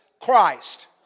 Christ